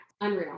unreal